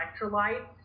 electrolytes